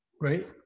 right